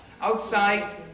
outside